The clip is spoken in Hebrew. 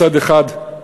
מצד אחד,